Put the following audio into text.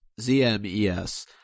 Z-M-E-S